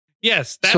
Yes